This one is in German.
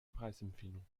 preisempfehlung